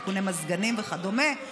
תיקוני מזגנים וכדומה,